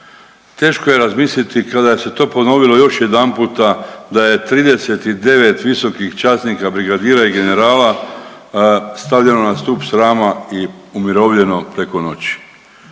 Teško je razmisliti kada se to ponovilo još jedanputa da je 39 visokih časnika, brigadira i generala stavljeno na stup srama i umirovljeno preko noći.